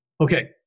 okay